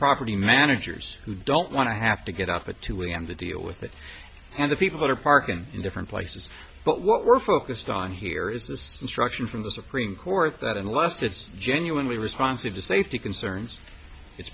property managers who don't want to have to get up at two am to deal with it and the people that are parking in different places but what we're focused on here is the instruction from the supreme court that unless it's genuinely responsive to safety concerns it's